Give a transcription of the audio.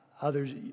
others